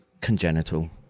congenital